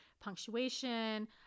punctuation